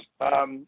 Yes